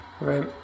Right